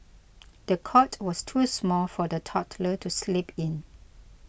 the cot was too small for the toddler to sleep in